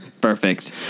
Perfect